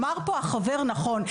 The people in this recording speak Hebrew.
אמר פה החבר נכון.